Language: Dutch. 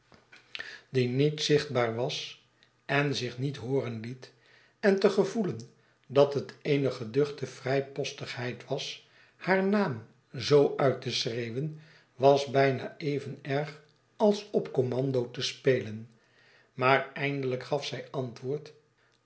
die niet zichtbaar was en zich niet hooren liet en te gevoelen dat het eene geduchte vrijpostigheid was haar naam zoo uit te schreeuwen was bijna even erg als op commando te spelen maar eindelijk gaf zij antwoord